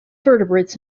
vertebrates